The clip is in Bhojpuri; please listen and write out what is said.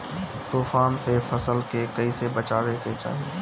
तुफान से फसल के कइसे बचावे के चाहीं?